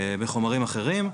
אלא גם בחומרים אחרים,